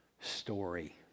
story